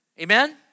Amen